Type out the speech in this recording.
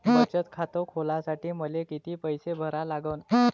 बचत खात खोलासाठी मले किती पैसे भरा लागन?